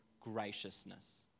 graciousness